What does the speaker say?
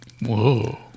Whoa